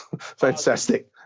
fantastic